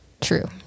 True